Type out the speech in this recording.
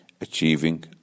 achieving